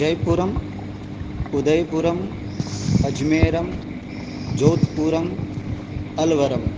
जय्पुरम् उदय्पुरम् अज्मेरं जोध्पुरम् अल्वरम्